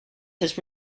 his